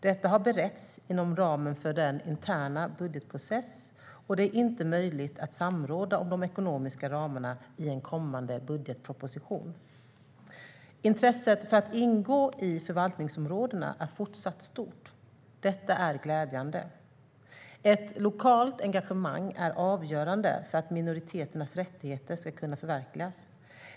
Detta har beretts inom ramen för den interna budgetprocessen, och det är inte möjligt att samråda om de ekonomiska ramarna i en kommande budgetproposition. Intresset för att ingå i förvaltningsområdena är fortsatt stort, och detta är glädjande. Ett lokalt engagemang är avgörande för att minoriteternas rättigheter ska kunna förverkligas.